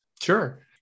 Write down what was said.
Sure